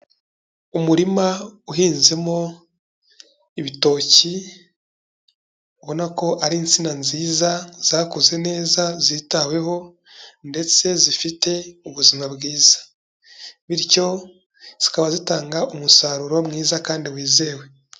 Umurima uhinzemo ibitoki, ubona ko ari insina nziza zakuze neza zitaweho ndetse zifite ubuzima bwiza bityo zikaba zitanga umusaruro mwiza kandi wizewe.